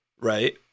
right